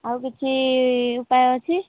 ଆଉ କିଛି ଉପାୟ ଅଛି